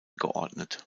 geordnet